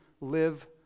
live